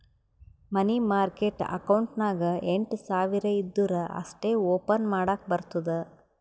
ಮನಿ market account ನಾಗ್ ಎಂಟ್ ಸಾವಿರ್ ಇದ್ದೂರ ಅಷ್ಟೇ ಓಪನ್ ಮಾಡಕ್ ಬರ್ತುದ